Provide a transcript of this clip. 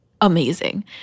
amazing